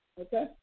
Okay